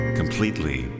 completely